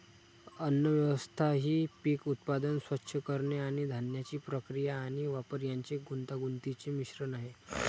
अन्नव्यवस्था ही पीक उत्पादन, स्वच्छ करणे आणि धान्याची प्रक्रिया आणि वापर यांचे गुंतागुंतीचे मिश्रण आहे